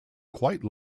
quite